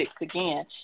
again